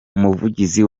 umuvugizi